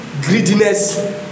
greediness